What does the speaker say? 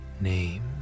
name